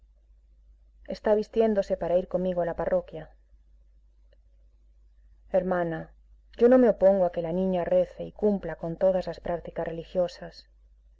está vistiéndose para ir conmigo a la parroquia hermana yo no me opongo a que la niña rece y cumpla con todas las prácticas religiosas